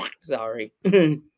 Sorry